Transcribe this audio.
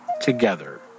together